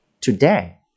today